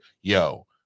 yo